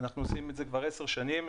אנחנו עושים את זה כבר עשר שנים.